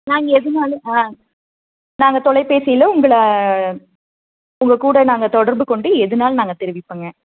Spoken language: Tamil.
நாங்கள் எதுனாலும் ஆ நாங்கள் தொலைபேசியில உங்களை உங்கள் கூட நாங்கள் தொடர்பு கொண்டு எதுனாலும் நாங்கள் தெரிவிப்போங்க